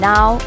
Now